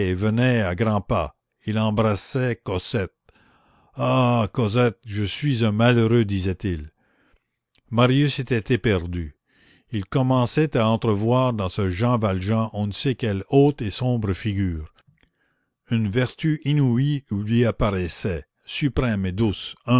venait à grands pas il embrassait cosette ah cosette je suis un malheureux disait-il marius était éperdu il commençait à entrevoir dans ce jean valjean on ne sait quelle haute et sombre figure une vertu inouïe lui apparaissait suprême et douce